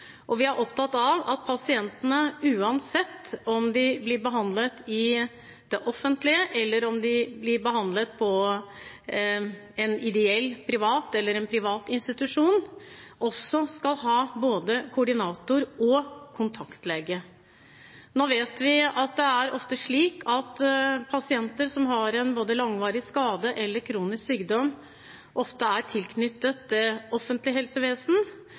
Og vi er opptatt av at pasientene, uansett om de blir behandlet i det offentlige, eller om de blir behandlet i en privat ideell eller annen privat institusjon, skal ha både koordinator og kontaktlege. Nå vet vi at det ofte er slik at pasienter som har en langvarig skade eller kronisk sykdom, ofte er tilknyttet offentlig helsevesen,